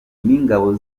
n’ingabo